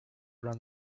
run